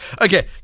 Okay